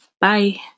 Bye